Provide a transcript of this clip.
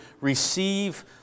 receive